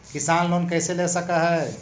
किसान लोन कैसे ले सक है?